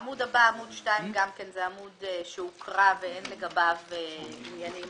עמוד 2 גם הוא עמוד שהוקרא ואין לגביו הערות.